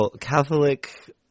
Catholic